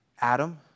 Adam